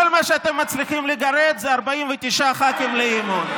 כל מה שאתם מצליחים לגרד זה 49 ח"כים לאי-אמון.